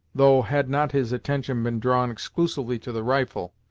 though, had not his attention been drawn exclusively to the rifle,